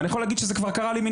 ואני יכול להגיד שזה כבר קרה לי.